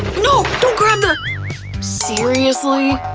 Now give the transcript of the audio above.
no don't grab the seriously!